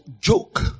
joke